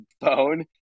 phone